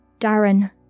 Darren